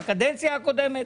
בקדנציה הקודמת,